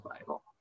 Bible